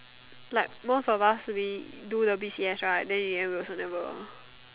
like most of us we do the b_c_s right but in the end we also never